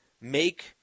make